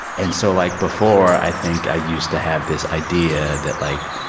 and so like before, i think, i used to have this idea that, like,